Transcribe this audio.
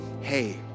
hey